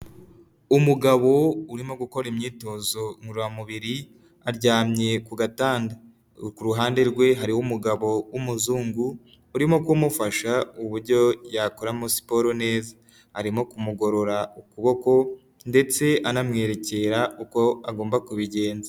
Umugabo urimo gukora imyitozo ngororamubiri aryamye ku gatanda ku ruhande rwe hari umugabo w'umuzungu urimo kumufasha uburyo yakoramo siporo neza arimo kumugorora ukuboko ndetse anamwerekera uko agomba kubigenza.